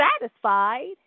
satisfied